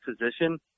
position